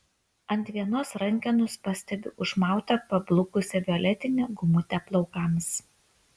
ant vienos rankenos pastebiu užmautą pablukusią violetinę gumutę plaukams